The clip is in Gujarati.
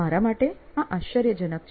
મારા માટે આ આશ્ચર્યજનક છે